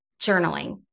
journaling